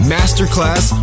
Masterclass